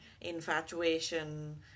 infatuation